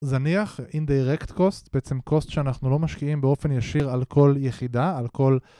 זניח indirect cost, בעצם cost שאנחנו לא משקיעים באופן ישיר על כל יחידה, על כל...